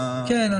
כן,